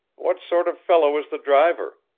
what sort of fellow is the driver?